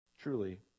truly